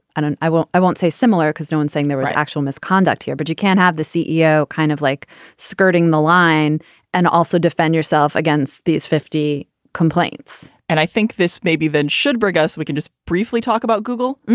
and and i will i won't say similar because no one's saying there was actual misconduct here but you can't have the ceo kind of like skirting the line and also defend yourself against these fifty complaints and i think this maybe then should bring us we can just briefly talk about google.